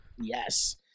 Yes